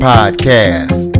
Podcast